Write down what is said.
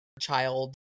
child